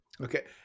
Okay